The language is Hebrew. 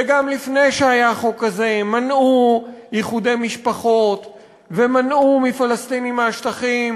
וגם לפני שהיה החוק הזה מנעו איחודי משפחות ומנעו מפלסטינים מהשטחים